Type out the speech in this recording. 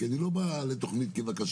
כי אני לא בא לתוכנית כבקשתך,